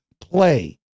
play